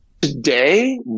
Today